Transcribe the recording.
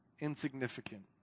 insignificant